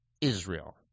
Israel